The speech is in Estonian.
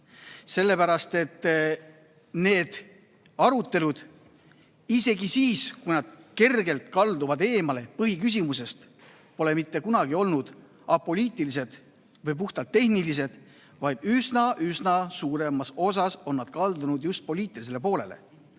Sellepärast, et need arutelud, isegi siis, kui nad kergelt kalduvad eemale põhiküsimusest, pole mitte kunagi olnud apoliitilised või puhtalt tehnilised, vaid üsna-üsna suures osas on nad kaldunud just poliitilisele poolele.